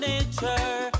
Nature